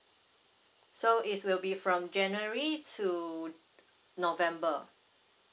so it's will be from january to november